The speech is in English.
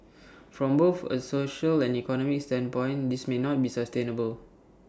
from both A social and economic standpoint this may not be sustainable